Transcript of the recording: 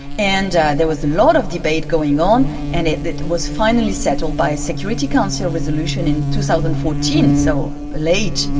and there was a lot of debate going on and it was finally settled by a security council resolution in two thousand and fourteen, so late.